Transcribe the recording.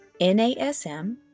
NASM